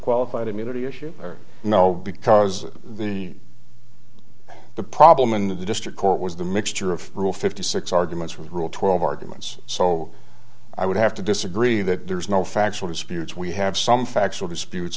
qualified immunity issue now because the the problem in the district court was the mixture of rule fifty six arguments rule twelve arguments so i would have to disagree that there is no factual disputes we have some factual disputes